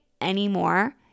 anymore